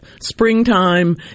springtime